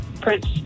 Prince